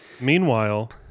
Meanwhile